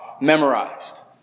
memorized